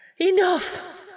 Enough